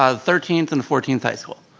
ah thirteenth and fourteenth high school.